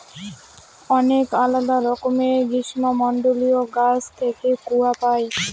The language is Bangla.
অনেক আলাদা রকমের গ্রীষ্মমন্ডলীয় গাছ থেকে কূয়া পাই